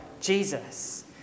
Jesus